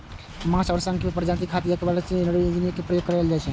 माछ आ शंख के प्रजनन खातिर एक्वाकल्चर जेनेटिक इंजीनियरिंग के प्रयोग उभरि रहल छै